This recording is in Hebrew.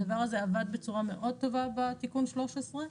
הדבר הזה עבד בצורה מאוד טובה בתיקון 13,